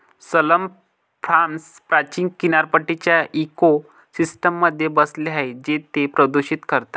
salmon farms प्राचीन किनारपट्टीच्या इकोसिस्टममध्ये बसले आहेत जे ते प्रदूषित करतात